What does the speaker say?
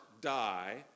die